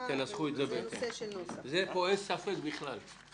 למוסד חינוך באזור הרישום או רובע.